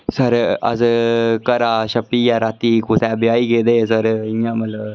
sir अस घरा छप्पियै रातीं कुसै ब्याह् गेदे सर इयां मतलब